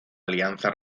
alianza